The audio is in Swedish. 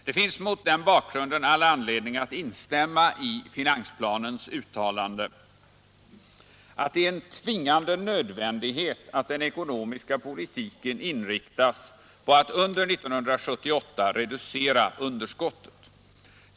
Det finns mot den bakgrunden all anledning att instämma i finansplanens uttalande att ”det är en tvingande nödvändighet att den ekonomiska politiken inriktas på att redan under 1978 reducera underskottet.